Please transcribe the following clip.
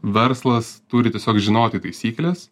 verslas turi tiesiog žinoti taisykles